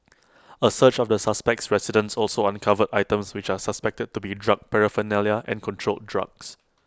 A search of the suspect's residence also uncovered items which are suspected to be drug paraphernalia and controlled drugs